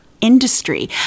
industry